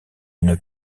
une